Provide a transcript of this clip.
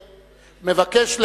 מבקש.